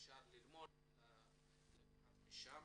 ואפשר ללמוד ולקחת משם.